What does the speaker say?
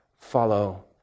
follow